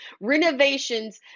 Renovations